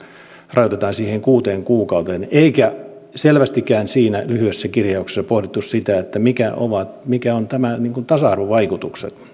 rajoitetaan siihen kuuteen kuukauteen eikä selvästikään siinä lyhyessä kirjauksessa pohdittu sitä mitkä ovat nämä tasa arvovaikutukset